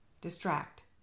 Distract